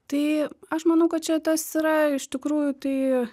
tai aš manau kad čia tas yra iš tikrųjų tai